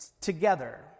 together